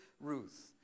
Ruth